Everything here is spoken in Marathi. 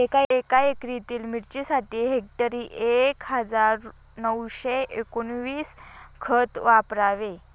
एका एकरातील मिरचीसाठी हेक्टरी एक हजार नऊशे एकोणवीस खत वापरावे